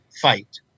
fight